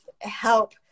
help